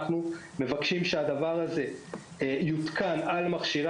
אנחנו מבקשים שהדבר הזה יותקן על מכשירי